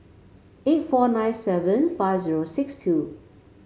eight four nine seven five zero six two